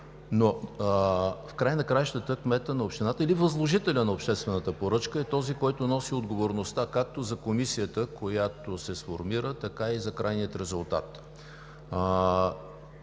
но в края на краищата кметът на общината или възложителят на обществената поръчка е този, който носи отговорността както за комисията, която се сформира, така и за крайния резултат.